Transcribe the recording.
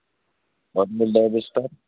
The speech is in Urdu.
اور لوبسٹر